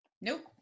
Nope